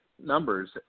numbers